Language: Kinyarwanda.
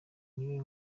niwe